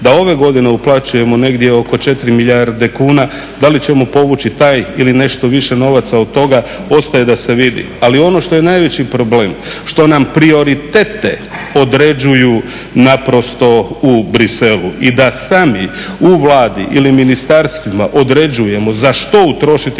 Da ove godine uplaćujemo negdje oko 4 milijarde kuna a da li ćemo povući taj ili nešto više novaca od toga ostaje da se vidi. Ali ono što je najveći problem, što nam prioritete određuju naprosto u Bruxellesu i da sami u Vladi ili ministarstvima određujemo za što utrošiti